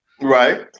right